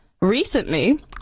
recently